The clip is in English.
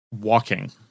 walking